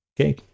okay